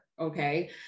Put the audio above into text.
Okay